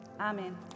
amen